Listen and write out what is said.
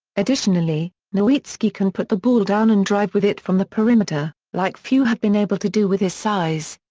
additionally, nowitzki can put the ball down and drive with it from the perimeter, like few have been able to do with his size.